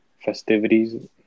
Festivities